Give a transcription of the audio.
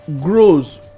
Grows